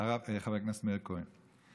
חבר הכנסת מאיר כהן.